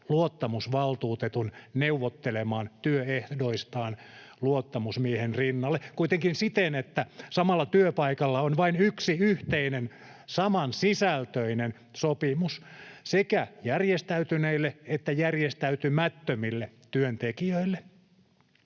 luottamusvaltuutetun neuvottelemaan työehdoistaan luottamusmiehen rinnalle, kuitenkin siten, että samalla työpaikalla on vain yksi yhteinen samansisältöinen sopimus sekä järjestäytyneille että järjestäytymättömille työntekijöille.